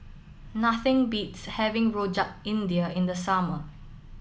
nothing beats having Rojak India in the summer